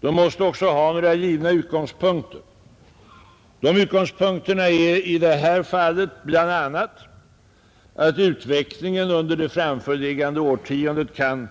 De måste också ha några givna utgångspunkter, och dessa är i det här fallet bl.a. att utvecklingen under det framförliggande årtiondet kan